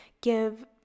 give